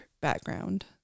background